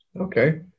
Okay